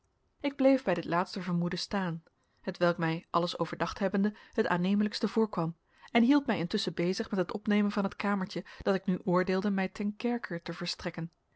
ik bleef bij dit laatste vermoeden staan hetwelk mij alles overdacht hebbende het aannemelijkste voorkwam en hield mij intusschen bezig met het opnemen van het kamertje dat ik nu oordeelde mij ten kerker te verstrekken